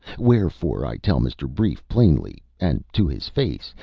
wherefore i tell mr. brief plainly, and to his face,